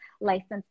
licensed